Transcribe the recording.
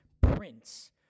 Prince